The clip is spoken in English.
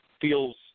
feels